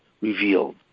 revealed